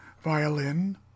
violin